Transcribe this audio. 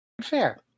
Fair